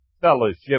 fellowship